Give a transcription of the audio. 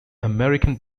american